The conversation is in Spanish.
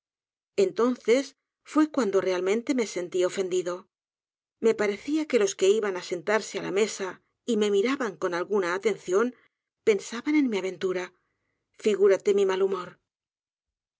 entonces fue cuando realmente me sentí ofendido me parecía que los que iban á sentarse á la mesa y me miraban con alguna atención pensaban en mi aventura figúrate mi mal humor